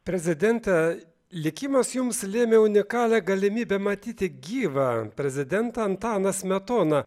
prezidente likimas jums lėmė unikalią galimybę matyti gyvą prezidentą antaną smetoną